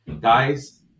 guys